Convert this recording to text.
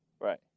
Right